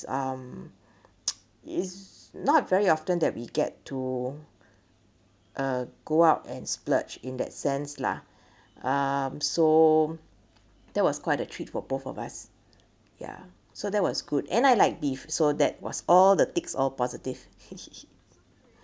um it's not very often that we get to uh go out and splurge in that sense lah um so that was quite a treat for both of us ya so that was good and I like beef so that was all the ticks of positive